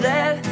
Let